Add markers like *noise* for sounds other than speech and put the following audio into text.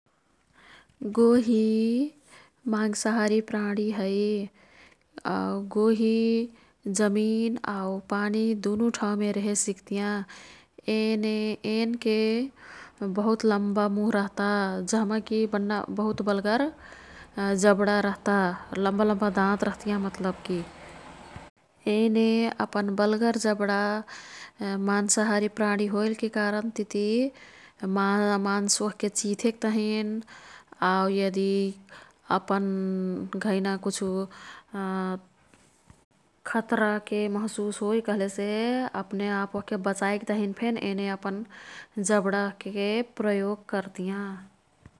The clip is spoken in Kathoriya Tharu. गोही मांशाहारी प्राणी है। आऊ गोही जमिन आऊ पानी दुनु ठाउँमे रेहेसिक्तियाँ। येने, एनके बहुत लम्बा मुह रह्ता। जह्माकी बन्ना/बहुत बल्गर जब्डा रह्ता। लम्बालम्बा दाँत रह्तियाँ। मतलबकीयेने अपन बल्गर जब्डा *hesitation* मांशाहारी प्राणी होईलके कारनतिती *hesitation* मासुओह्के चिंथेक तहिन। आऊ यदि अपन घैना कुछु *hesitation* खतराके महशुस होई कह्लेसे अप्नेआप ओह्के बचाईक् तह्नी फेन येने अपन जब्डाके प्रयोग कर्तियाँ।